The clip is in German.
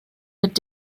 mit